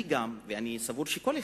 גם אני, ואני סבור שכל אחד,